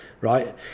right